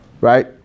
right